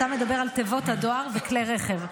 אתה מדבר על תיבות דואר וכלי רכב.